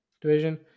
division